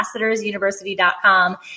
ambassadorsuniversity.com